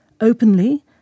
openly